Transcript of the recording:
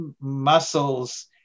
muscles